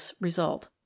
result